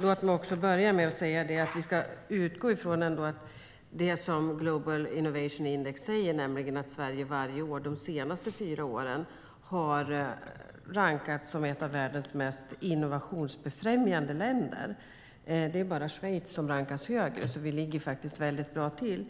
Låt mig börja med att säga att vi ska utgå från Global Innovation Index, där Sverige varje år de senaste fyra åren har rankats som ett av världens mest innovationsbefrämjande länder. Det är bara Schweiz som rankas högre, så vi ligger väldigt bra till.